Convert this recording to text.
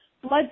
blood